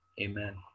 Amen